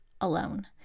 alone